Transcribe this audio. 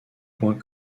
point